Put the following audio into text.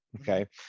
okay